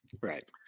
Right